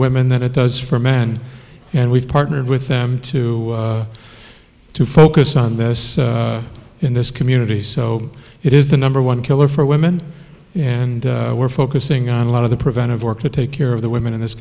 women than it does for men and we've partnered with them to to focus on this in this community so it is the number one killer for women and we're focusing on a lot of the prevent of work to take care of the women in this